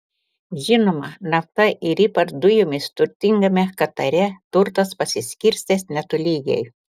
žinoma nafta ir ypač dujomis turtingame katare turtas pasiskirstęs netolygiai